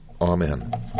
Amen